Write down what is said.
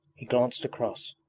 he glanced cross.